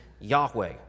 Yahweh